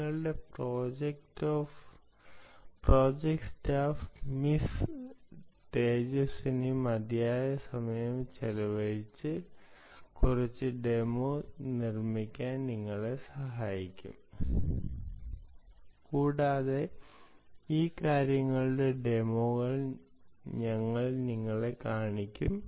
ഞങ്ങളുടെ project staff miss Tejaswini മതിയായ സമയം ചെലവഴിച്ചു കുറച്ച് ചെറിയ ഡെമോ നിർമ്മിക്കാൻ ഞാൻ നിങ്ങളെ സഹായിക്കും കൂടാതെ ഈ കാര്യങ്ങളുടെ ഡെമോകൾ ഞങ്ങൾ ഇപ്പോൾ കാണിക്കും